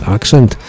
Accent